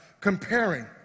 comparing